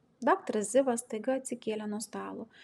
daktaras zivas staiga atsikėlė nuo stalo